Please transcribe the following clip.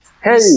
hey